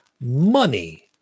money